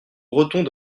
bretons